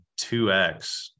2x